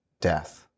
death